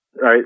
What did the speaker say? right